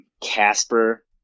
Casper